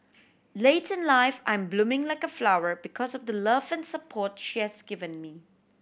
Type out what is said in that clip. late in life I'm blooming like a flower because of the love and support she has given me